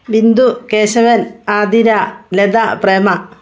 Bindu Keshavan Athira Latha Prema